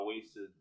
wasted